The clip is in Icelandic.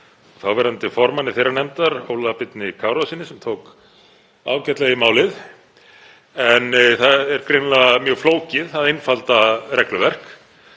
þáverandi formanni þeirrar nefndar, Óla Birni Kárasyni, sem tók ágætlega í málið. En það er greinilega mjög flókið að einfalda regluverk